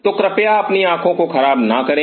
तो कृपया अपनी आंखों को खराब ना करें